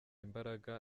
imbaraga